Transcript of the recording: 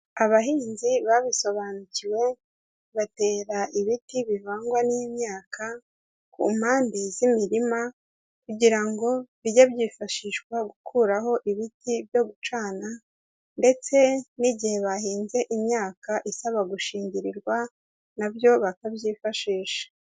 Abahinzi babisobanukiwe batera ibiti bivangwa n'imyaka ku mpande z'imirima kugira ngo bijye byifashishwa gukuraho ibiti byo gucana ndetse n'igihe bahinze imyaka isaba gushingirirwa na byo bakabyifashisha.